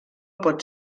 pot